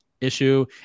issue